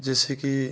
जैसे कि